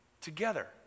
Together